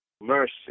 Mercy